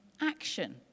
action